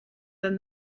than